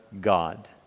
God